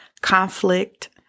conflict